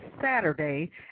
Saturday